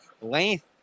length